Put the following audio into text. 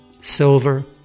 silver